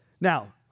Now